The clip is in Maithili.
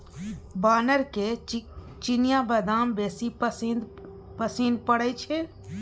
बानरके चिनियाबदाम बेसी पसिन पड़य छै